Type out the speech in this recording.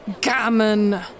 Gammon